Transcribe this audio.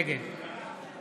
נגד